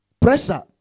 Pressure